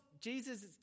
Jesus